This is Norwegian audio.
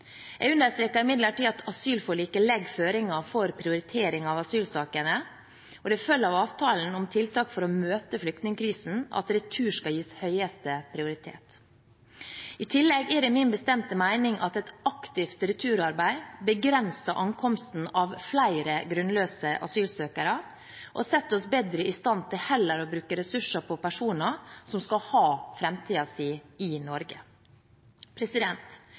Jeg understreker imidlertid at asylforliket legger føringer for prioritering av asylsakene, og det følger av avtalen om tiltak for å møte flyktningkrisen at retur skal gis høyeste prioritet. I tillegg er det min bestemte mening at et aktivt returarbeid begrenser ankomsten av flere grunnløse asylsøkere og setter oss bedre i stand til heller å bruke ressurser på personer som skal ha framtiden sin i Norge.